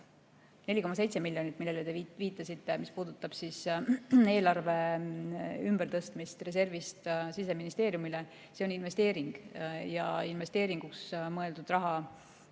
4,7 miljonit, millele te viitasite, puudutab eelarve[raha] ümbertõstmist reservist Siseministeeriumile ja on investeering. Investeeringuks mõeldud raha